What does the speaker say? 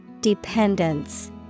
Dependence